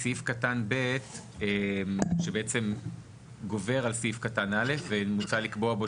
בסעיף קטן ב' שבעצם גובר על סעיף קטן א' ומוצע לקבוע בו